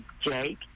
Jake